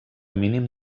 mínim